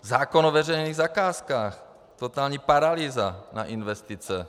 Zákon o veřejných zakázkách totální paralýza na investice.